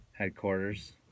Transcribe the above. Headquarters